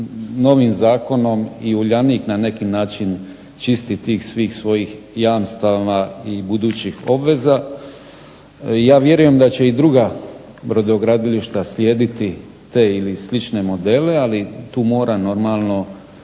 novim zakonom i Uljanik na neki način čisti tih svih svojih jamstava i budućih obveza. Ja vjerujem da će i druga brodogradilišta slijediti te ili slične modele, ali tu normalno